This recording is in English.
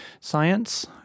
science